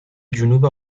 جنوب